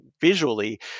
visually